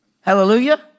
Hallelujah